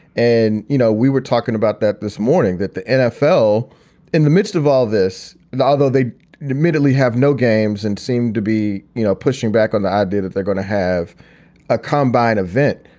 and, you know, we were talking about that this morning that the nfl in the midst of all this. and although they admittedly have no games and seem to be you know pushing back on the idea that they're going to have a combined event,